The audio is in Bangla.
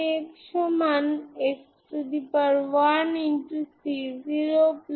এখন n 0 1 2 3 এর জন্য ইগেনফাংশন্স আপনি তাদের vncos2n b a x unsin2n b a x n012 বলতে পারেন